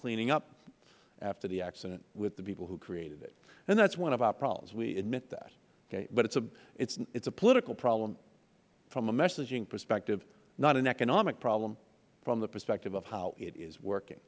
cleaning up after the accident with the people who created it and that is one of our problems we admit that but it is a political problem from a messaging perspective not an economic problem from the perspective of how it is